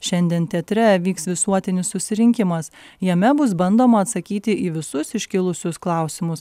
šiandien teatre vyks visuotinis susirinkimas jame bus bandoma atsakyti į visus iškilusius klausimus